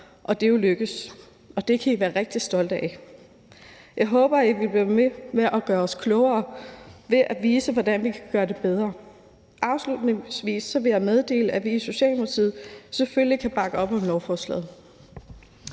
og det er jo lykkedes, og det kan I være rigtig stolte af. Jeg håber, at I vil blive ved med at gøre os klogere ved at vise, hvordan vi kan gøre det bedre. Afslutningsvis vil jeg meddele, at vi i Socialdemokratiet selvfølgelig kan bakke op om lovforslaget.